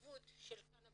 בחשיבות של קנאביס